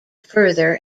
further